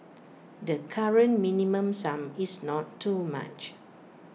the current minimum sum is not too much